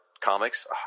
comics